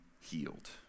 healed